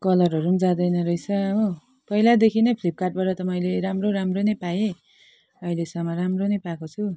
कलरहरू जाँदैन रहेछ हो पहिलादेखि नै फ्लिपकार्टबाट त मैले राम्रो राम्रो नै पाएँ अहिलेसम राम्रो नै पाएको छु